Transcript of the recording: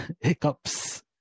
hiccups